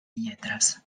lletres